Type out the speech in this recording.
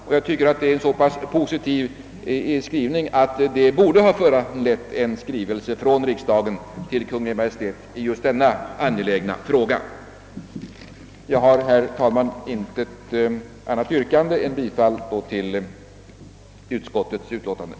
Det är, tycker jag, en så pass positiv skrivning att det borde ha föranlett en skrivelse från riksdagen till Kungl. Maj:t i denna angelägna fråga. Herr talman! Jag har inget annat yrkande än bifall till utskottets hemställan.